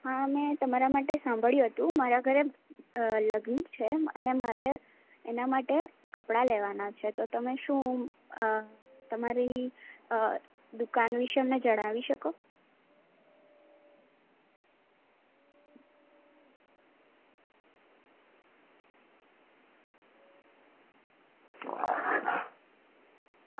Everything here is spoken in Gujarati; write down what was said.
હા મેં તમારા માટે સાંભળ્યું હતું મારા ઘરે લગ્ન છે અને મારે એના માટે કપડાં લેવાના છે તો તમે શું તમારી અ દુકાન વિશે અમને જણાવી શકો